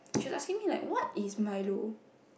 she is asking me like what is Milo